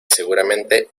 seguramente